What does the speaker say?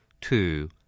Two